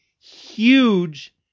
huge